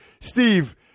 Steve